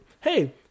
hey